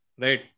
right